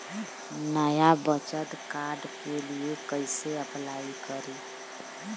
नया बचत कार्ड के लिए कइसे अपलाई करी?